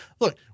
Look